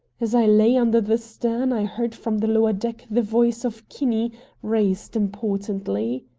as i lay under the stern i heard from the lower deck the voice of kinney raised importantly.